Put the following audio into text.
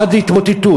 עד התמוטטות.